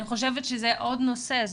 אני חושבת שזה עוד נושא.